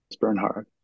Bernhard